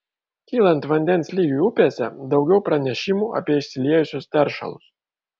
kylant vandens lygiui upėse daugiau pranešimų apie išsiliejusius teršalus